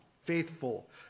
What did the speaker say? faithful